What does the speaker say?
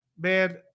Man